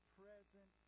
present